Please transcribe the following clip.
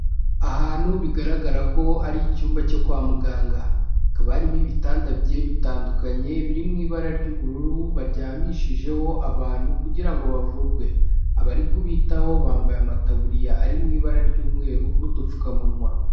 Ahantu bigaragara ko ari icyumba cyo kwa muganga. Hakaba harimo ibitanda bigiye bitandukanye, biri mu ibara ry'ubururu baryamishijeho abantu kugira ngo bavurwe. Abari kubitaho bambaye amataburiya ari mu ibara ry'umweru n'udupfukamunwa.